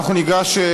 אנחנו ניגש,